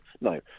No